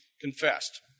confessed